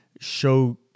show